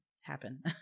happen